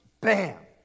bam